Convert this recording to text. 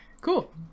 cool